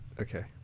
Okay